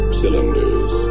cylinders